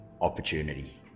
opportunity